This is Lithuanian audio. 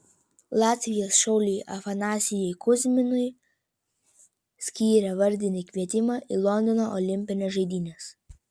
latvijos šauliui afanasijui kuzminui skyrė vardinį kvietimą į londono olimpines žaidynes